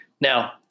Now